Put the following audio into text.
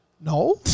No